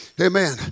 Amen